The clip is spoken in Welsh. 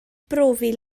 brofi